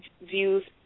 views